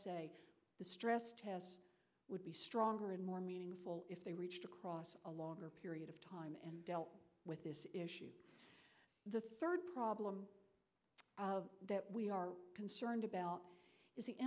the stress test would be stronger and more meaningful if they reached across a longer period of time and with this issue the third problem that we are concerned about is the